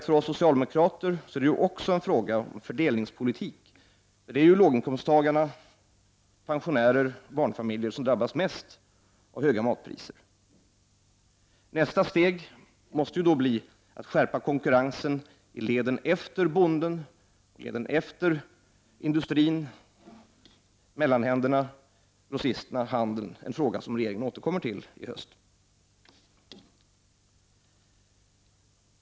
För oss socialdemokrater är det också en fråga om fördelningspolitik. Det är lågin komsttagare, pensionärer, barnfamiljer som drabbas mest av höga matpriser. Nästa steg måste bli att skärpa konkurrensen i leden efter bonden och leden efter industrin, alltså mellanhänderna, grossisterna, handeln. Det är en fråga regeringen återkommer till i höst.